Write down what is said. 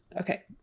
Okay